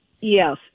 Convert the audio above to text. Yes